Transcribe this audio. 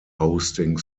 hosting